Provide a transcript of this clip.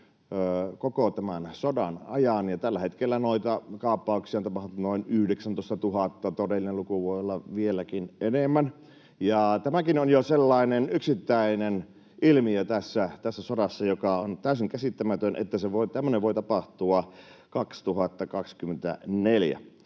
koko tämän sodan ajan, ja tällä hetkellä noita kaappauksia on tapahtunut noin 19 000. Todellinen luku voi olla vieläkin enemmän. Tämäkin on jo sellainen yksittäinen ilmiö tässä sodassa, joka on täysin käsittämätön, että tämmöinen voi tapahtua 2024.